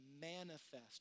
manifest